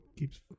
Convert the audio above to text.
Keeps